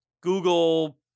Google